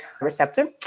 receptor